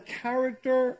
character